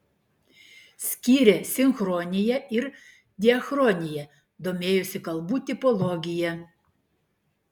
skyrė sinchroniją ir diachroniją domėjosi kalbų tipologija